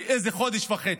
לאיזה חודש וחצי,